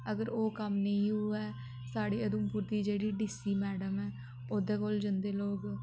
अगर ओह् कम्म नेईं होऐ साढ़े उधमपुर दी जेह्ड़ी डी सी मैडम ऐ ओह्दे कोल जंदे लोक